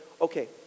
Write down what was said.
okay